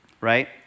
Right